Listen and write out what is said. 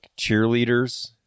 cheerleaders